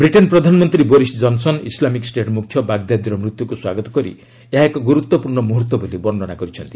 Britain ପ୍ରଧାନମନ୍ତ୍ରୀ Boris Johnson Islamic State ମୁଖ୍ୟ ବାଗ୍ଦାଦିର ମୃତ୍ୟୁକୁ ସ୍ୱାଗତ କରି ଏହା ଏକ ଗୁରୁତ୍ୱପୂର୍ଷ ମୁହର୍ତ୍ତ ବୋଲି ବର୍ଷନା କରିଛନ୍ତି